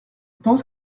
pense